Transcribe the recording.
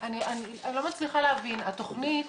אני לא מצליחה להבין, התכנית